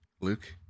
Luke